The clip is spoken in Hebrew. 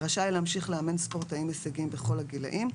רשאי להמשיך לאמן ספורטאים הישגיים בכל הגילאים,